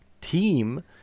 team